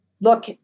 look